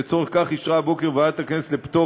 ולצורך זה אישרה הבוקר ועדת הכנסת לפטור